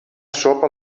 sopa